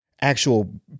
actual